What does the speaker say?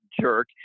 jerk